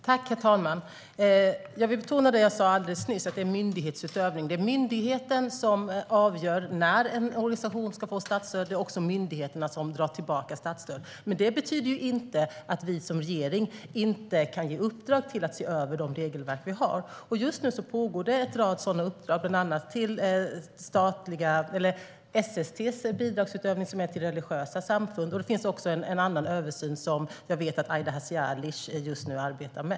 Herr talman! Jag vill betona det jag sa alldeles nyss, att det är fråga om myndighetsutövning. Det är myndigheten som avgör när en organisation ska få statsstöd, och det är också myndigheten som drar tillbaka statsstöd. Det betyder inte att vi som regering inte kan ge uppdrag att se över de regelverk som finns. Just nu pågår en rad sådana uppdrag, bland annat SST:s bidragsutdelning till religiösa samfund. Det finns också en annan översyn som jag vet att Aida Hadzialic just nu arbetar med.